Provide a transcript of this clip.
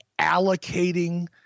allocating